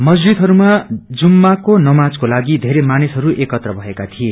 मस्जिदहरूमा जुम्माको नमाजको लागि धेरै एकत्र भएका थिए